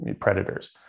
predators